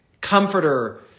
comforter